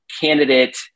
candidate